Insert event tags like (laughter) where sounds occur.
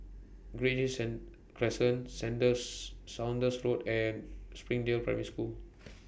Green (unintelligible) Crescentc (unintelligible) Saunders Road and Springdale Primary School